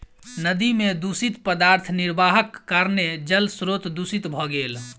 नदी में दूषित पदार्थ निर्वाहक कारणेँ जल स्त्रोत दूषित भ गेल